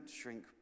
shrink